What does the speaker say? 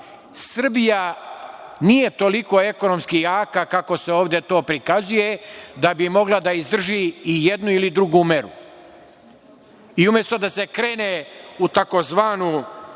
nije toliko ekonomski jaka kako se ovde to prikazuje da bi mogla da izdrži ili jednu ili drugu meru. Umesto da se krene u tzv.